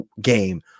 game